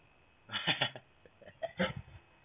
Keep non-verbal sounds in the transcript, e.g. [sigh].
[laughs]